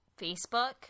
Facebook